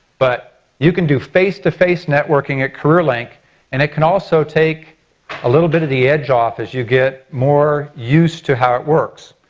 but you can do face to face networking at career fair like and it can also take a little bit of the edge off as you get more used to how it works.